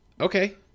okay